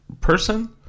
person